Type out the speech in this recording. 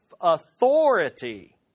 authority